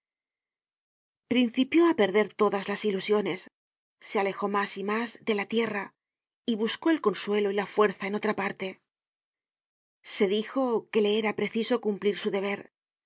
principió á perder todas las ilusiones se alejó mas y mas de la tierra y buscó el consuelo y la fuerza en otra parte se dijo que le era preciso cumplir su deber